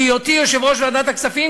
בהיותי יושב-ראש ועדת הכספים,